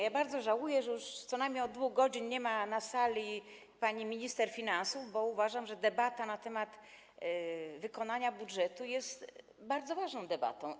Ja bardzo żałuję, że już co najmniej od 2 godzin nie ma na sali pani minister finansów, bo uważam, że debata na temat wykonania budżetu jest bardzo ważną debatą.